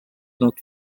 not